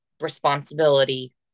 responsibility